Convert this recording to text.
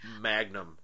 Magnum